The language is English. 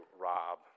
Rob